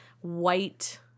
white